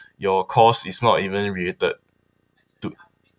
your course is not even related to